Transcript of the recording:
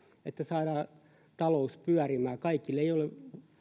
että saadaan talous pyörimään kaikilla ei ole